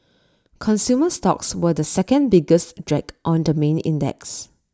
consumer stocks were the second biggest drag on the main index